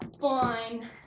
Fine